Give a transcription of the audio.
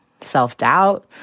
self-doubt